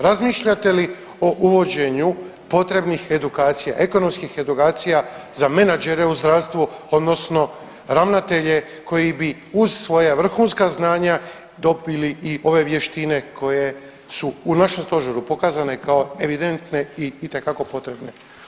Razmišljate li o uvođenju potrebnih edukacija, ekonomskih edukacija za menadžere u zdravstvu odnosno ravnatelje koji bi uz svoja vrhunska znanja dobili i ove vještine koje su našem stožeru pokazane kao evidentne i itekako potrebne.